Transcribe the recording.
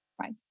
right